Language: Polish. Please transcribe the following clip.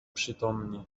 przytomnie